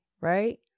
right